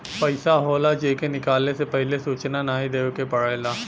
पइसा होला जे के निकाले से पहिले सूचना नाही देवे के पड़ेला